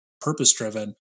purpose-driven